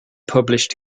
published